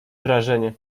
wrażenie